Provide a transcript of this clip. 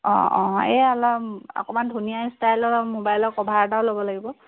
অঁ অঁ এই অলপ অকমান ধুনীয়া ষ্টাইলৰ মোবাইলৰ কভাৰ এটাও ল'ব লাগিব